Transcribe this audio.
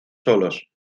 solos